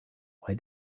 why